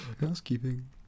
Housekeeping